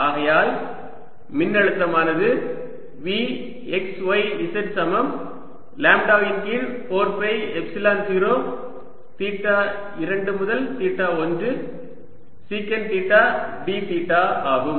ஆகையால் மின்னழுத்தமானது V x y z சமம் லாம்ப்டா இன் கீழ் 4 பை எப்சிலன் 0 தீட்டா 2 முதல் theta 1 secant theta d theta ஆகும்